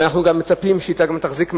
ואנחנו גם מצפים שהיא תחזיק מעמד,